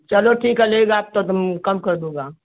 चलो ठीक है लेगा आप तो कम कर दूँगा